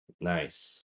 Nice